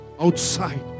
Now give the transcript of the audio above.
outside